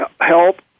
help